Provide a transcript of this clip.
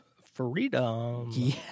Freedom